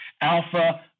Alpha